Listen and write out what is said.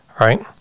right